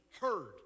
heard